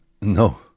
No